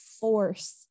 force